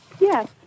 Yes